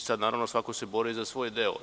Sada naravno, svako se bori za svoj deo.